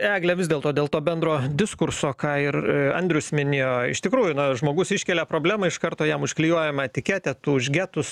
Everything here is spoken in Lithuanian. egle vis dėlto dėl to bendro diskurso ką ir andrius minėjo iš tikrųjų na žmogus iškelia problemą iš karto jam užklijuojama etiketė tu už getus